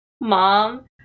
mom